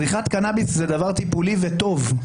צריכת קנאביס זה דבר טיפולי וטוב.